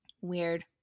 Weird